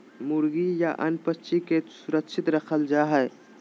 मुर्गी या अन्य पक्षि के सुरक्षित रखल जा हइ